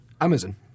Amazon